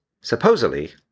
supposedly